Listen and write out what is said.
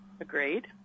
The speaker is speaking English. Agreed